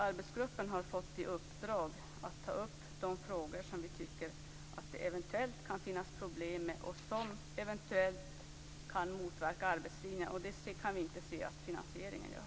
Arbetsgruppen har fått i uppdrag att ta upp de frågor som vi tycker att det eventuellt kan finnas problem med och som eventuellt kan motverka arbetslinjen. Det kan vi inte se att finansieringen gör.